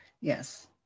yes